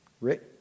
Rick